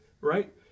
right